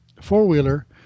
four-wheeler